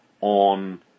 on